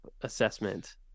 assessment